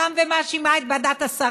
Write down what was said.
מאשימה אותם ומאשימה את ועדת השרים,